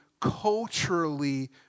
culturally